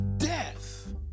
Death